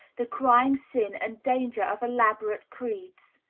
the crying sin and danger of elaborate creeds,